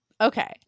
Okay